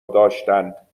داشتند